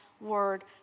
Word